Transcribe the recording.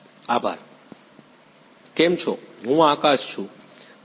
આભાર કેમ છો હું આકાશ છું હું એમ